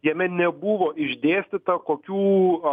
jame nebuvo išdėstyta kokių